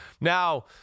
Now